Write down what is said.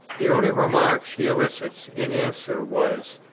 the only remark he elicited in answer was,